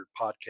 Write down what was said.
podcast